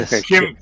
Kim